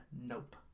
Nope